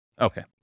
Okay